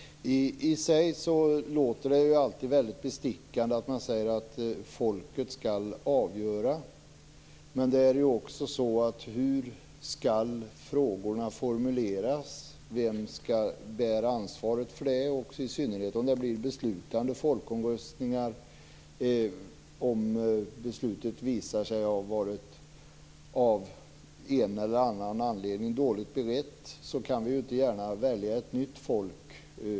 I sig låter det ju alltid väldigt bestickande att man säger att folket skall avgöra. Men hur skall frågorna formuleras? Vem skall bära ansvaret för det? Detta gäller i synnerhet om det blir beslutande folkomröstningar. Vad händer om beslutet av en eller annan anledning visar sig ha varit dåligt berett? Då kan vi inte gärna välja ett nytt folk.